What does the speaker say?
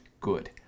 good